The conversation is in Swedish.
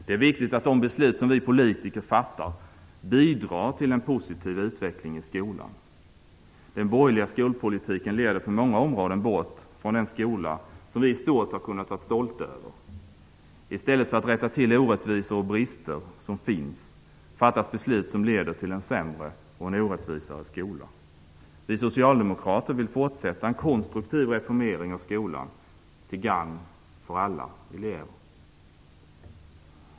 Det är viktigt att de beslut som vi politiker fattar bidrar till en positiv utveckling i skolan. Den borgerliga skolpolitiken leder på många områden bort från den skola som vi i stort har kunnat vara stolta över. I stället för att rätta till orättvisor och brister som finns fattas beslut som leder till en sämre och mer orättvis skola. Vi socialdemokrater vill fortsätta en konstruktiv reformering av skolan till gagn för alla elever.